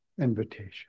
invitation